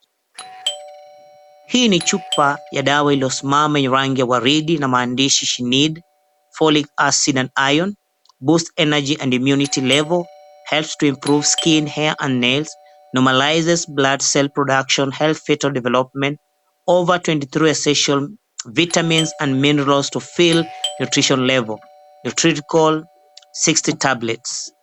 Hii ni chupa ya dawa iliyosimama ina rangi ya waridi na maandishi, "She needs folic acid and iron, boosts energy and immunity level, helps to improve skin, hair, and nails, normalizes blood cell production, helps fetal development, over 23 essential vitamins and minerals to fill nutrition level. The treatment is called 60 tablets" .